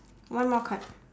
one more card